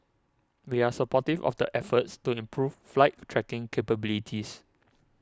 we are supportive of the efforts to improve flight tracking capabilities